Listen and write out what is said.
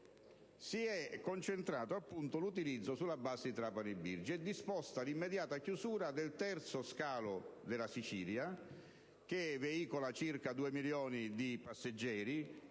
si è concentrato l'utilizzo sulla base di Trapani Birgi e si è disposta l'immediata chiusura del terzo scalo della Sicilia, che veicola circa 2 milioni di passeggeri